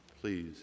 Please